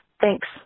Thanks